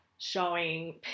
Showing